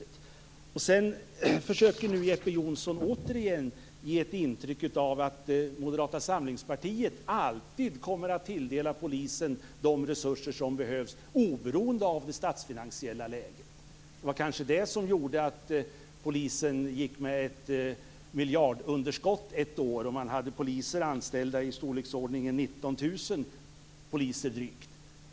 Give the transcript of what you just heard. Jeppe Johnsson försökte nu återigen ge intrycket att Moderata samlingspartiet alltid kommer att tilldela polisen de resurser som behövs, oberoende av det statsfinansiella läget. Det var kanske det som gjorde att polisen ett år gick med ett miljardunderskott. Man hade drygt 19 000 poliser anställda.